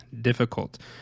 difficult